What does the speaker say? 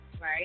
Right